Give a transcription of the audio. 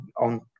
on